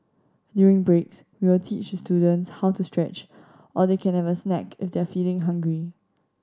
during breaks we will teach students how to stretch or they can have a snack if they're feeling hungry